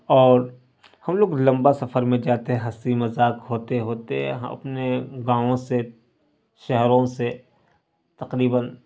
اور ہم لوگ لمبا سفر میں جاتے ہیں ہنسی مذاق ہوتے ہوتے ہم اپنے گاؤں سے شہروں سے تقریباً